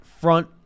front